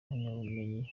impamyabumenyi